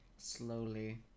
slowly